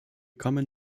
kommen